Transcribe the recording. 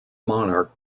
monarch